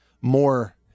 more